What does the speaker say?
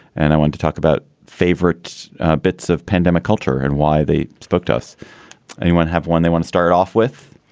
and i want to talk about favorite bits of pandemic culture and why they spoke to us. does anyone have one they want to start off with,